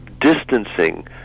distancing